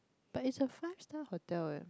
but is a five star hotel [right]